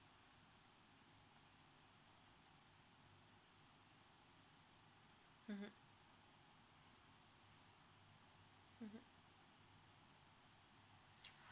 mmhmm mmhmm